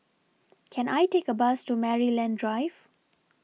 Can I Take A Bus to Maryland Drive